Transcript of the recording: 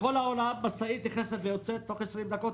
בכל העולם משאית עם מטען נכנסת ויוצאת תוך 20 דקות,